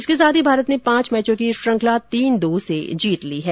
इसके साथ ही भारत ने पांच मैचों की यह श्रंखला तीन दो से जीत ली है